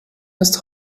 ist